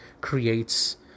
creates